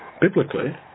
biblically